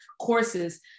courses